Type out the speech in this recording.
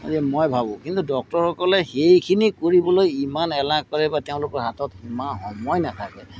এনে মই ভাবোঁ কিন্তু ডক্টৰসকলে সেইখিনি কৰিবলৈ ইমান এলাহ কৰে বা তেওঁলোকৰ হাতত সীমা সময় নেথাকে